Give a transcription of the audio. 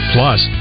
Plus